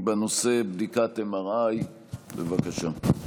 בנושא בדיקת MRI. בבקשה.